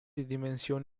dimensioni